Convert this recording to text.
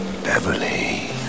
Beverly